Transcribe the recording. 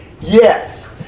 yes